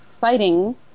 Sightings